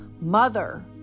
mother